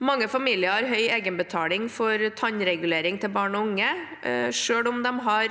Mange familier har høy egenbetaling for tannregulering til barn og unge, selv om de har